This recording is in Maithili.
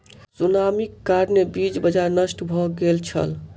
सुनामीक कारणेँ बीज बाजार नष्ट भ गेल छल